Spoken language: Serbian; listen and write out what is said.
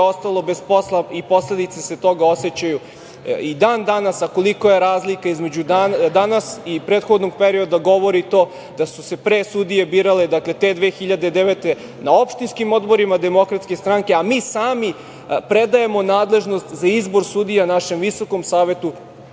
ostalo bez posla i posledice toga se osećaju i dan danas. A kolika je razlika između danas i prethodnog perioda govori to da su se pre sudije birale, dakle te 2009. godine, na opštinskim odborima DS, a mi sami predajemo nadležnost za izbor sudija našem Visokom savetu